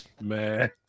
Man